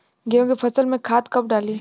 गेहूं के फसल में खाद कब डाली?